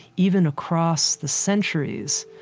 even across the centuries,